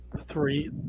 Three